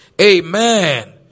Amen